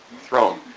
Throne